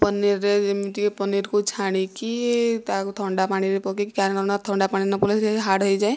ପନିରରେ ଏମିତି କି ପନିରକୁ ଛାଣିକି ତାକୁ ଥଣ୍ଡା ପାଣିରେ ପକାଇକି କରଣ ଥଣ୍ଡା ପାଣିରେ ନ ପକାଇଲେ ସିଏ ହାର୍ଡ଼ ହୋଇଯାଏ